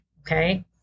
Okay